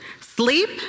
Sleep